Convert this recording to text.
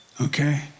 okay